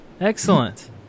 Excellent